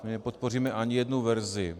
My nepodpoříme ani jednu verzi.